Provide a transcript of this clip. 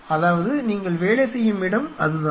அதாவது நீங்கள் வேலை செய்யும் இடம் அதுதான்